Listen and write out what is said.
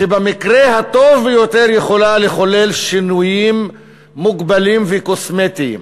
שבמקרה הטוב ביותר יכולה לחולל שינויים מוגבלים וקוסמטיים.